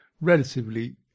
relatively